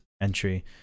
entry